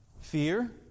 Fear